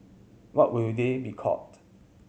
what would they be called